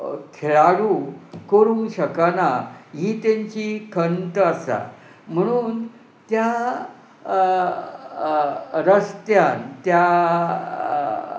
खेळाडू करूंक शकना ही तांची खंत आसा म्हणून त्या रस्त्यान त्या